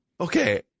Okay